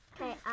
Okay